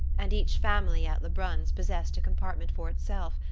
and each family at lebrun's possessed a compartment for itself,